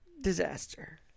disaster